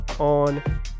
on